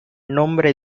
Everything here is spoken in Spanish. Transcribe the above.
nombre